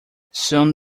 soon